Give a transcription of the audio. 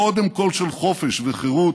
קודם כול של חופש וחירות,